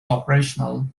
operational